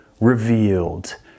revealed